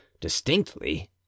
distinctly